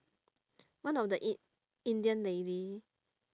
one of the eight indian lady